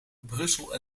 brussel